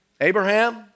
Abraham